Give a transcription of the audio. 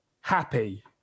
happy